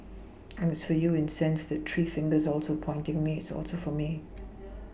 and it's for you in sense that three fingers also pointing me it's also for me